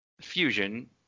Fusion